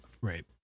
Right